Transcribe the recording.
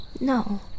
No